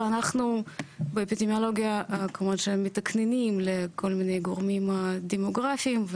ואנחנו באפידמיולוגיה כמו שמתעדכנים לכל מיני גורמים דמוגרפים,